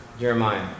Jeremiah